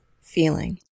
feeling